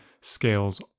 scales